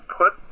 put